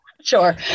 Sure